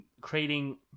creating